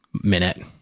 minute